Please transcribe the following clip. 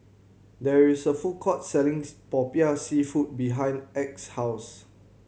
there is a food court selling Popiah Seafood behind Acy's house